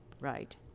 right